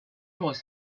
was